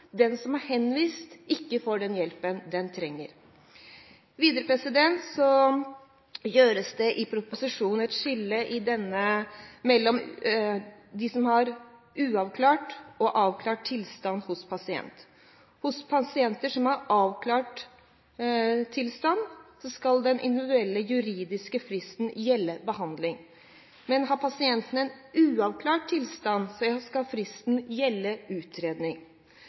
den som er henvist – ikke får den hjelpen den trenger. Videre gjøres det i proposisjonen et skille mellom uavklart og avklart tilstand hos pasient. Hos pasienter som har avklart tilstand, skal den individuelle juridiske fristen gjelde behandling, men har pasienten en uavklart tilstand, skal fristen gjelde utredning.